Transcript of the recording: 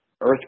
earth